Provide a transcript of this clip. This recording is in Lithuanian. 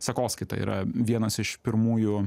sekoskaita yra vienas iš pirmųjų